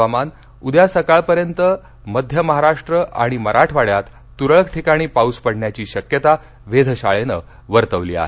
हवामान उद्या सकाळपर्यंत मध्य महाराष्ट्र आणि मराठवाङ्यात तुरळक ठिकाणी पाऊस पडण्याची शक्यता वेधशाळेनं वर्तवली आहे